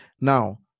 now